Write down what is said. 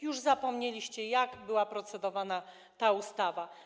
Już zapomnieliście, jak była procedowana ta ustawa.